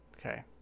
Okay